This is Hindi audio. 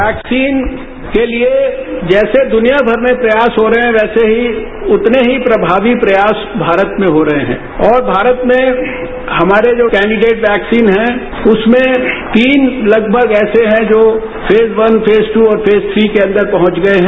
वैक्सीन के लिए जैसे दुनियाभर में प्रयास हो रहे हैं वैसे ही उतने ही प्रभावी प्रयास भारत में हो रहे हैं और भारत में हमारे जो कैंडिडेट वैक्सीन हैं उसमें तीन लगभग ऐसे हैं जो फेस वन फेस ट्र और फेस थ्री के अंदर पहुंच गए हैं